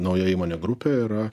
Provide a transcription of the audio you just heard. nauja įmonių grupė yra